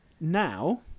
Now